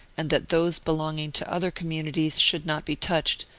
and that those belong ing to other communities should not be touched,